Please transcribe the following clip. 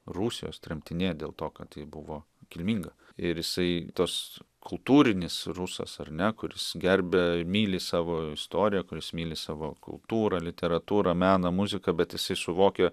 rusijos tremtinė dėl to kad ji buvo kilminga ir jisai tas kultūrinis rusas ar ne kuris gerbia myli savo istoriją kuris myli savo kultūrą literatūrą meną muziką bet jisai suvokia